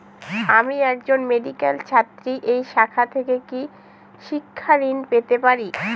আমি একজন মেডিক্যাল ছাত্রী এই শাখা থেকে কি শিক্ষাঋণ পেতে পারি?